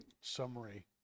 summary